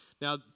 Now